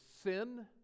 sin